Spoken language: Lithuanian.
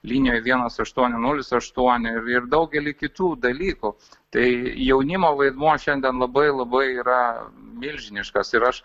linijoj vienas aštuoni nulis aštuoni ir daugelį kitų dalykų tai jaunimo vaidmuo šiandien labai labai yra milžiniškas ir aš